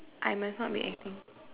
I must not mean anything